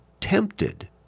tempted